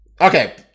Okay